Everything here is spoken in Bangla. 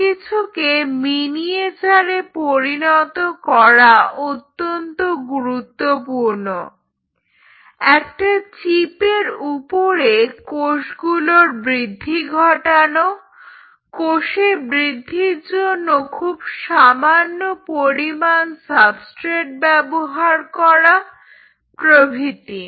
সবকিছুকে মিনিয়েচারে পরিণত করা অত্যন্ত গুরুত্বপূর্ণ একটা চিপের উপরে কোষের বৃদ্ধি ঘটানো কোষের বৃদ্ধির জন্য খুব সামান্য পরিমাণ সাবস্ট্রেট ব্যবহার করা প্রভৃতি